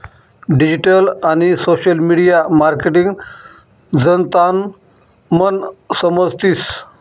digital आणि social media marketing जनतानं मन समजतीस